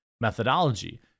methodology